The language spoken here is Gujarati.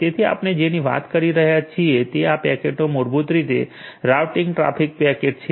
તેથી આપણે જેની વાત કરી રહ્યા છીએ આ પેકેટો મૂળભૂત રીતે રાઉટીંગ ટ્રાફિક પેકેટ છે